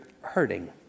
hurting